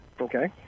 Okay